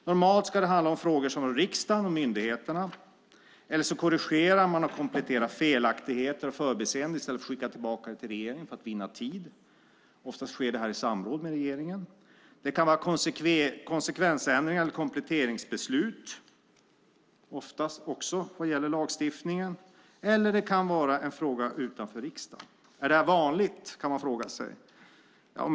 Normalt ska det handlar om frågor som rör riksdagen och myndigheterna, eller så korrigerar man eller kompletterar felaktigheter och förbiseenden för att vinna tid, i stället för att skicka tillbaka ärendet till regeringen. Oftast sker det i samråd med regeringen. Det kan vara konsekvensändringar eller kompletteringsbeslut, oftast i fråga om lagstiftning. Det kan också vara en fråga utanför riksdagen. Är detta vanligt, kan man fråga sig.